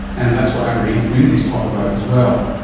and that's what aboriginal communities talk about as well.